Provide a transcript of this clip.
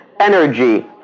energy